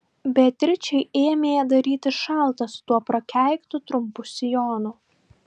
beatričei ėmė darytis šalta su tuo prakeiktu trumpu sijonu